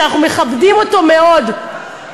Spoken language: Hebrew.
שאנחנו מכבדים אותו מאוד,